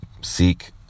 seek